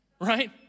right